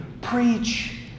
preach